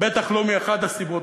בטח לא מאחת הסיבות,